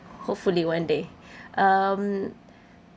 hopefully one day um